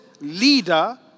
leader